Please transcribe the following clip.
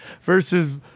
versus